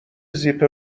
زیپ